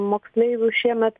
moksleivių šiemet